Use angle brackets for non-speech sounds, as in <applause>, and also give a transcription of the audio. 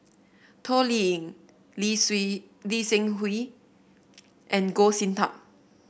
Toh Liying Lee <unintelligible> Lee Seng Wee and Goh Sin Tub